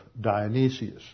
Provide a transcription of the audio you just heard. Dionysius